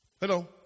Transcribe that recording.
Hello